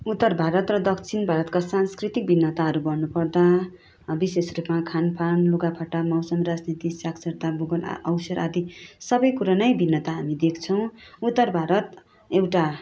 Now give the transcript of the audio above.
उत्तर भारत र दक्षिण भारतका सांस्कृतिक भिन्नताहरू भन्नपर्दा विशेष रूपमा खान पान लुगा फाटा मौसम राजनीति साक्षरता भूगोल अवसर आदि सबै कुरा नै हामी भिन्नता हामी देख्छौँ उत्तर भारत एउटा